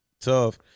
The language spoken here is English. tough